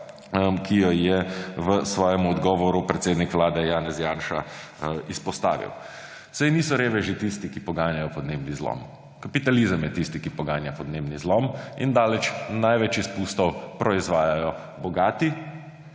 ki jo je v svojem odgovoru predsednik Vlade Janez Janša izpostavil. Saj niso reveži tisti, ki poganjajo podnebni zlom. Kapitalizem je tisti, ki poganja podnebni zlom, in daleč največ izpustov proizvajajo bogati,